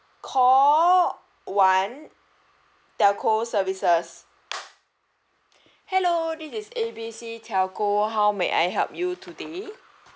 call one telco services hello this is A B C telco how may I help you today